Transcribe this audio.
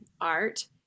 art